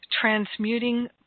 Transmuting